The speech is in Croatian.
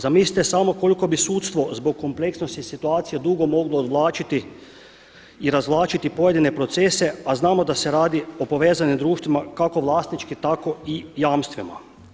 Zamislite samo koliko bi sudstvo zbog kompleksnosti situacije dugo moglo odvlačiti i razvlačiti pojedine procese a znamo da se radi o povezanim društvima kako vlasnički tako i jamstvima.